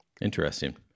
Interesting